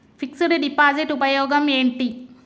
Fix డ్ deposit ఉపయోగం ఏంటి?